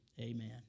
amen